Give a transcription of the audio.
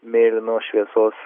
mėlynos šviesos